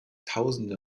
tausende